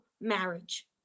marriage